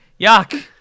Yuck